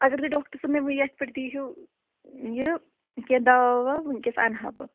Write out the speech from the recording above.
اگر تۄہہِ ڈاکٹر صٲب مےٚ یتھ پٮ۪ٹھ دِیٖہِو یہِ کیٚنٛہہ دَوا وَوا وُنکٮ۪س اَنہٕ ہا بہٕ